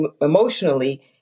emotionally